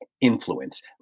influence